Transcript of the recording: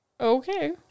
Okay